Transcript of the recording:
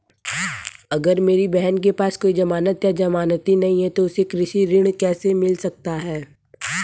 अगर मेरी बहन के पास कोई जमानत या जमानती नहीं है तो उसे कृषि ऋण कैसे मिल सकता है?